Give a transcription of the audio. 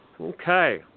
Okay